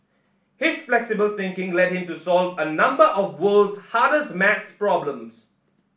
his flexible thinking led him to solve a number of world's hardest maths problems